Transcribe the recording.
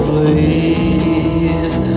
Please